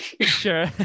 Sure